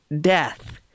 death